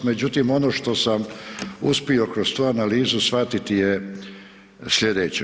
Međutim, ono što sam uspio kroz tu analizu shvatiti je slijedeće.